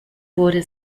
wurde